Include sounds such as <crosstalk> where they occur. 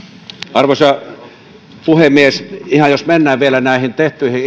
arvoisa puhemies ihan jos mennään vielä näihin tehtyihin <unintelligible>